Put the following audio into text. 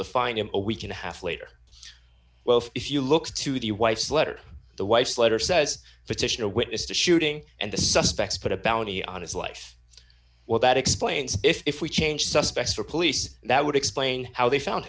to find him a week and a half later well if you look to the wife's letter the wife's letter says petitioner witnessed the shooting and the suspects put a bounty on his life well that explains if we change suspects for police that would explain how they found